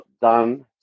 done